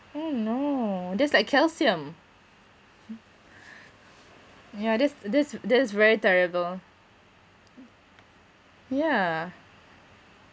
mm no that's like calcium ya that's that's that is very terrible yeah